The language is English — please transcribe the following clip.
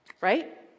Right